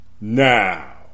Now